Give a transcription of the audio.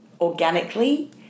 organically